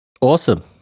awesome